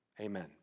Amen